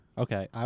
Okay